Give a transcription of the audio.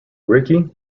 ricky